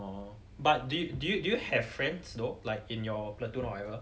orh but do do you do you have friends though like in your platoon or whatever